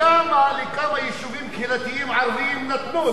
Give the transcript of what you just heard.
לכמה יישובים קהילתיים ערביים נתנו?